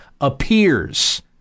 appears